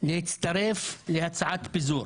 להצטרף להצעת פיזור.